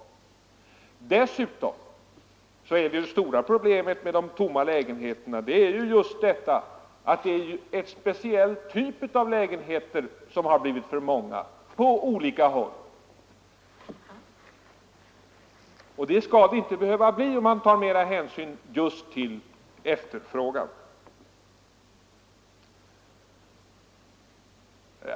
Dessutom är det stora problemet med de tomma lägenheterna just detta, att det är lägenheter av en speciell typ som det har blivit för många av på olika håll. Det skall det inte behöva bli, om man tar mera hänsyn just till efterfrågan.